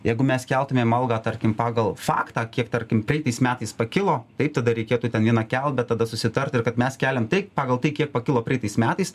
jeigu mes keltumėm maldą tarkim pagal faktą kiek tarkim praeitais metais pakilo taip tada reikėtų ten vieną kelt bet tada susitart ir kad mes keliam tiek pagal tai kiek pakilo praeitais metais